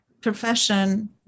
profession